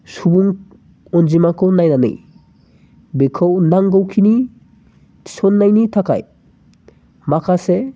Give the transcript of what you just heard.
सुबुं अनजिमाखौ नायनानै बेखौ नांगौखिनि थिसननायनि थाखाय माखासे